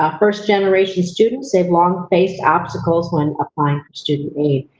ah first generation students, they've long faced obstacles when applying for student aid.